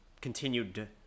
continued